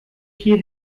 hier